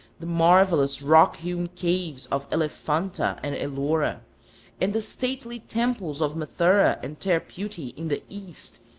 the marvellous rock-hewn caves of elephanta and ellora, and the stately temples of mathura and terputty, in the east,